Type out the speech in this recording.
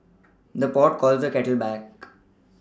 the pot calls the kettle black